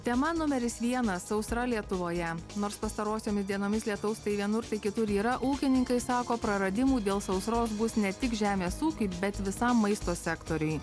tema numeris vienas sausra lietuvoje nors pastarosiomis dienomis lietaus tai vienur tai kitur yra ūkininkai sako praradimų dėl sausros bus ne tik žemės ūkiui bet visam maisto sektoriui